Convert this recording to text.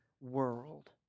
world